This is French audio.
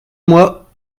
moi